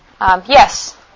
yes